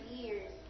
years